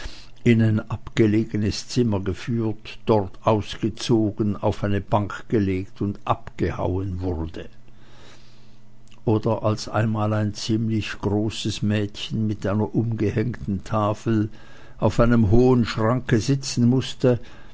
in ein abgelegenes zimmer geführt dort ausgezogen auf eine bank gelegt und abgehauen wurde oder als einmal ein ziemlich großes mädchen mit einer umgehängten tafel auf einem hohen schranke sitzen mußte